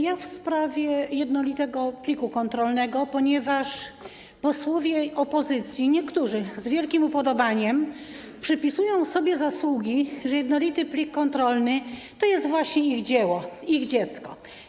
Ja w sprawie jednolitego pliku kontrolnego, ponieważ niektórzy posłowie opozycji z wielkim upodobaniem przypisują sobie zasługi, że jednolity plik kontrolny to jest właśnie ich dzieło, ich dziecko.